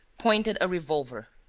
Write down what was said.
pointed a revolver.